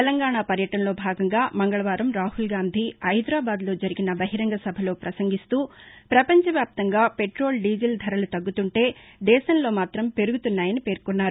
తెలంగాణా పర్యటనలో భాగంగా మంగళవారం రాహుల్గాంధీ హైదరాబాద్లో జరిగిన బహిరంగ సభలో పసంగిస్తూ ప్రపంచవ్యాప్తంగా పెట్రోల్ డీజిల్ ధరలు తగ్గుతుంటే దేశంలో మాత్రం పెరుగుతున్నాయని పేర్కొన్నారు